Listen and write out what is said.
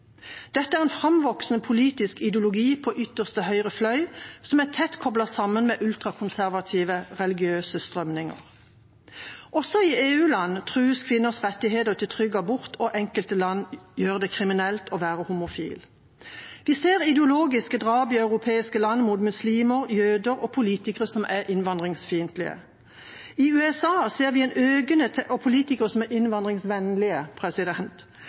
Dette er en framvoksende politisk ideologi på ytterste høyrefløy, som er tett koblet sammen med ultrakonservative religiøse strømninger. Også i EU-land trues kvinners rett til trygg abort, og enkelte land gjør det kriminelt å være homofil. Vi ser ideologiske drap i europeiske land på muslimer, jøder og politikere som er innvandringsvennlige. I USA ser vi økende tendens til å effektuere dødsstraff, og